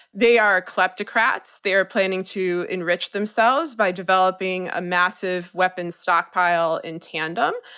they are kleptocrats, they are planning to enrich themselves by developing a massive weapons stockpile in tandem.